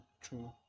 True